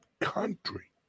country